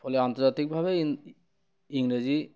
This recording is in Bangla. ফলে আন্তর্জাতিকভাবে ইংরেজি